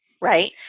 right